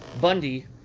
Bundy